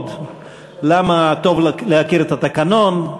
ללמוד למה טוב להכיר את התקנון.